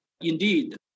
Indeed